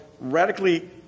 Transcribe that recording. radically